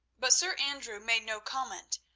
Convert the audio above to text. but sir andrew made no comment,